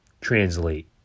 translate